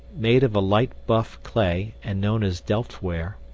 made of a light-buff clay, and known as delftware,